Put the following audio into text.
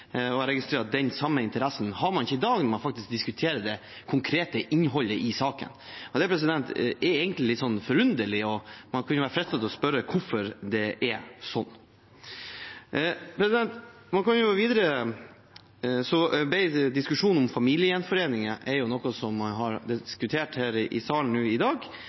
Jeg registrerer at man ikke har den samme interessen i dag, når man faktisk diskuterer det konkrete innholdet i saken. Det er egentlig litt forunderlig, og man kunne vært fristet til å spørre hvorfor det er slik. Familiegjenforening har blitt diskutert her i salen i dag. Representanten Engen-Helgheim viste til at regjeringens arbeid har blitt satt på prøve i